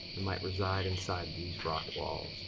might reside inside these rock walls,